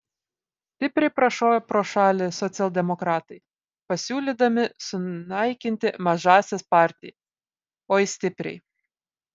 stipriai prašovė pro šalį socialdemokratai pasiūlydami sunaikinti mažąsias partijas oi stipriai